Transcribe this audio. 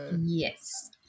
Yes